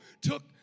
took